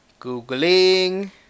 googling